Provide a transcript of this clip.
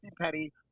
petty